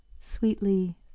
Sweetly